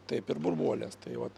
taip ir burbuolės tai vat